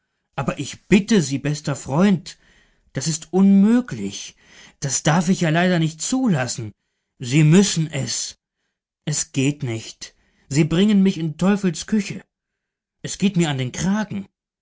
aber ich bitte sie bester freund das ist unmöglich das darf ich ja leider nicht zulassen sie müssen es es geht nicht sie bringen mich in teufels küche es geht mir an den kragen